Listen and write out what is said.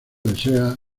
desea